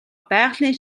байгалийн